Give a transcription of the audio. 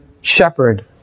shepherd